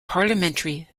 parliamentary